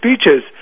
speeches